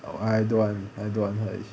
I don't want I don't want hive